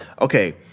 Okay